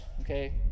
okay